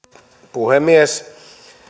puhemies